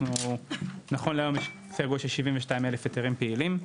נכון להיום, יש כ-72,000 היתרים פעילים,